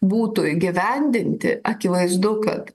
būtų įgyvendinti akivaizdu kad